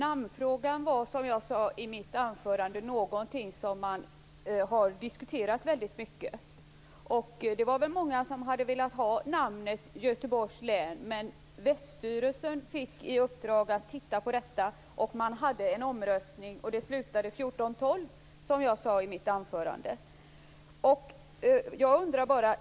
Herr talman! Namnfrågan är någonting som har diskuterats väldigt mycket, som jag sade i mitt anförande. Det var många som hade velat ha namnet Göteborgs län. Väststyrelsen fick i uppdrag att titta på detta. Man hade en omröstning, och den slutade 14 12, som jag sade i mitt anförande.